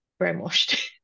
brainwashed